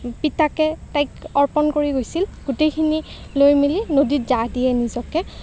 পিতাকে তাইক অৰ্পণ কৰি গৈছিল গোটেইখিনি লৈ মেলি নদীত জাহ দিয়ে নিজকে